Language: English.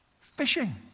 fishing